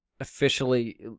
officially